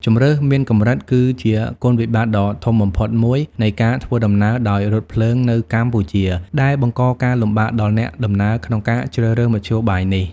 ជម្រើសមានកម្រិត គឺជាគុណវិបត្តិដ៏ធំបំផុតមួយនៃការធ្វើដំណើរដោយរថភ្លើងនៅកម្ពុជា ដែលបង្កការលំបាកដល់អ្នកដំណើរក្នុងការជ្រើសរើសមធ្យោបាយនេះ។